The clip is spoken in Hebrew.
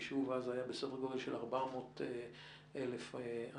היישוב אז היה בסדר גודל של 400,000 אנשים.